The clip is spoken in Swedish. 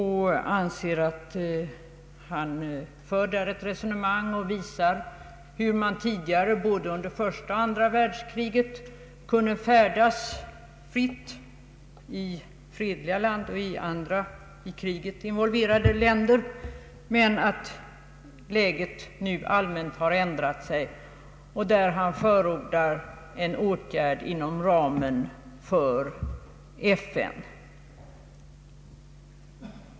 Han erinrar i uppsatsen om att diplomater tidigare, både under första och andra världskriget, kunde färdas fritt i såväl fredliga länder som i kriget involverade länder, men att läget nu allmänt har ändrat sig. Han förordar därför åtgärder inom ramen för FN.